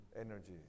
energy